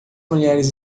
mulheres